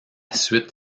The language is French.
suite